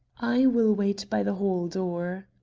i will wait by the hall door.